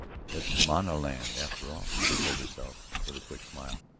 it's manana-land, after all, she told herself with a quick smile.